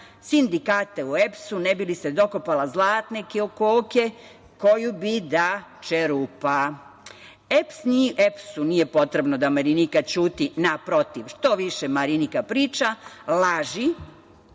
sindikate u EPS-u ne bi li se dokopala zlatne koke koju bi da čerupa. EPS-u nije potrebno da Marinika ćuti, naprotiv, što viće Marinika priča laži